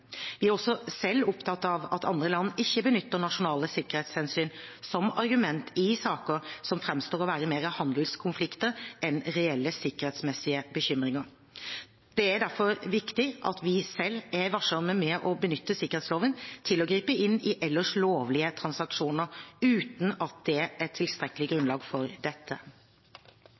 Vi er også selv opptatt av at andre land ikke benytter nasjonale sikkerhetshensyn som argument i saker som framstår å være mer handelskonflikter enn reelle sikkerhetsmessige bekymringer. Det er derfor viktig at vi selv er varsomme med å benytte sikkerhetsloven til å gripe inn i ellers lovlige transaksjoner, uten at det er tilstrekkelig grunnlag for dette.